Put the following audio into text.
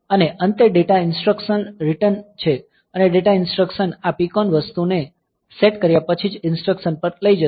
અને અંતે data instructional return છે અને ડેટા ઇન્સ્ટ્રક્સન આ PCON વસ્તુને સેટ કર્યા પછી જ ઇન્સ્ટ્રક્સન પર લઈ જશે